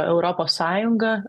europos sąjunga